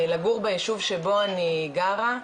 לגור ביישוב שבו אני גרה,